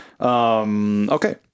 Okay